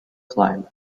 climate